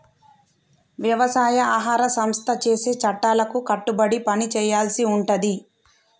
వ్యవసాయ ఆహార సంస్థ చేసే చట్టాలకు కట్టుబడి పని చేయాల్సి ఉంటది